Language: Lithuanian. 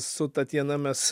su tatjana mes